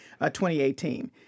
2018